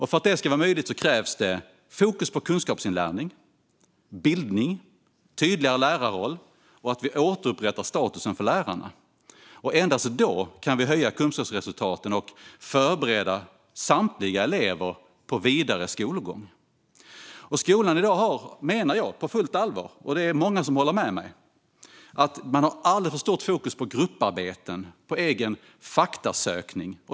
För att det ska vara möjligt krävs det fokus på kunskapsinlärning och bildning samt en tydligare lärarroll där vi återupprättar statusen för lärarna. Endast då kan vi höja kunskapsresultaten och förbereda samtliga eleverna för vidare skolgång. Jag menar på fullt allvar - och det är många som håller med mig - att skolan i dag har ett alldeles för stort fokus på grupparbeten och egen faktasökning.